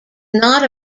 not